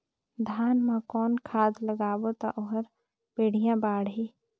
धान मा कौन खाद लगाबो ता ओहार बेडिया बाणही?